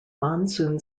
monsoon